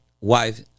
wife